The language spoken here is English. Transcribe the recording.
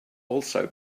also